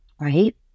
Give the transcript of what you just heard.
right